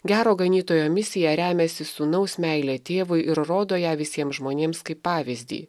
gero ganytojo misija remiasi sūnaus meile tėvui ir rodo ją visiems žmonėms kaip pavyzdį